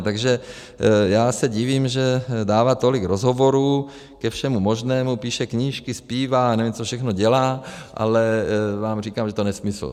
Takže já se divím, že dává tolik rozhovorů ke všemu možnému, píše knížky, zpívá a nevím, co všechno dělá, ale říkám vám, že to je nesmysl.